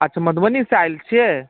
अच्छा मधुबनीसँ आएल छियै